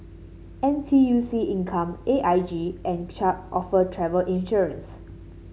N T U C Income A I G and Chubb offer travel insurance